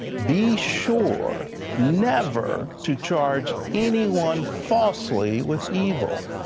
be sure never to charge anyone falsely with evil.